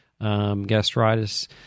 gastritis